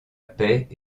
paix